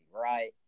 right